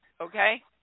okay